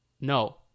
no